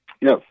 yes